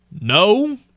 No